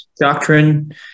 doctrine